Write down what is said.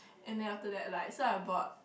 and then after that like so I bought